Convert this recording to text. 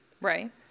Right